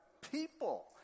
people